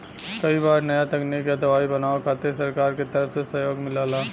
कई बार नया तकनीक या दवाई बनावे खातिर सरकार के तरफ से सहयोग मिलला